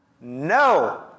No